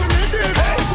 Hey